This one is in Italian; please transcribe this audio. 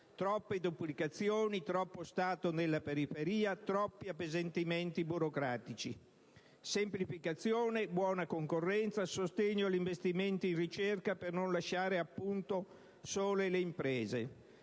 troppe duplicazioni, troppo Stato nella periferia, troppi appesantimenti burocratici. Sono necessari semplificazione, buona concorrenza, sostegno agli investimenti in ricerca (per non lasciare sole le imprese)